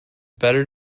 better